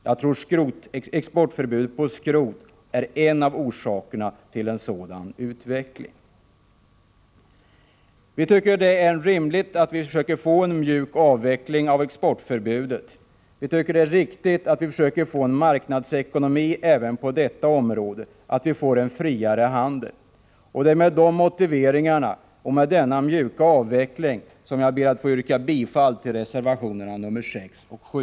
Jag tror att exportförbudet för skrot är en av orsakerna till denna utveckling. Vi tycker att det är rimligt att försöka få en mjuk avveckling av exportförbudet, och vi tycker att det är riktigt att försöka få en marknadsekonomi även på detta område, att det blir en friare handel. Med dessa motiveringar och med avsikten att det skall ske en mjuk avveckling ber jag att få yrka bifall till reservationerna 6 och 7.